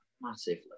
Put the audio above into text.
massively